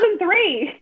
2003